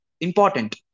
important